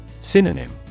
Synonym